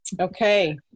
Okay